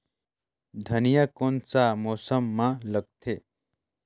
धनिया कोन सा मौसम मां लगथे?